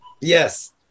Yes